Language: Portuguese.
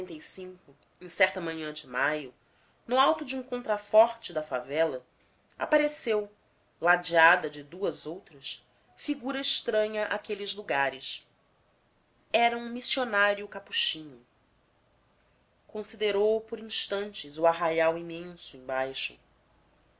e em certa manhã de maio no alto de um contraforte da favela apareceu ladeada de duas outras figura estranha àqueles lugares era um missionário capuchinho considerou por instantes o arraial imenso embaixo